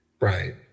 Right